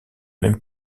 même